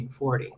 1940